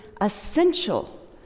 essential